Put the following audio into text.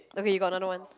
okay you got another one